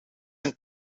een